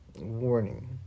warning